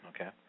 okay